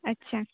ᱟᱪᱪᱷᱟ